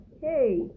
Hey